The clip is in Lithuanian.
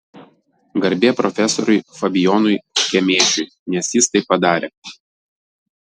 garbė profesoriui fabijonui kemėšiui nes jis tai padarė